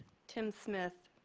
tim smith,